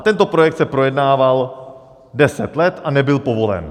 Tento projekt se projednával 10 let a nebyl povolen.